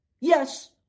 Yes